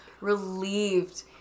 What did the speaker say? relieved